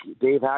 Dave